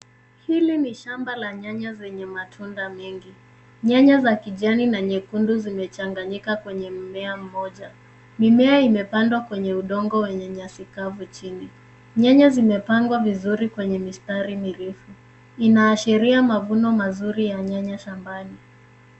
Hili ni shamba la nyanya zenye matunda mengi. Nyanya za kijani na nyekundu zimechanganyika kwenye mmmea mmoja. Mimea imepandwa kwenye udongo wenye nyasi kavu chini. Nyanya zimepangwa vizuri kwenye mistari mirefu. Inaashiria mavuno mazuri ya nyanya shambani.